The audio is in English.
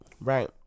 Right